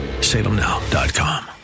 salemnow.com